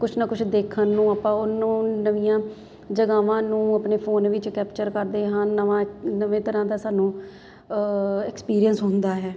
ਕੁਛ ਨਾ ਕੁਛ ਦੇਖਣ ਨੂੰ ਆਪਾਂ ਉਹਨੂੰ ਨਵੀਆਂ ਜਗ੍ਹਾਵਾਂ ਨੂੰ ਆਪਣੇ ਫੋਨ ਵਿੱਚ ਕੈਪਚਰ ਕਰਦੇ ਹਨ ਨਵਾਂ ਨਵੇਂ ਤਰ੍ਹਾਂ ਦਾ ਸਾਨੂੰ ਐਕਸਪੀਰੀਅੰਸ ਹੁੰਦਾ ਹੈ